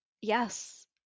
Yes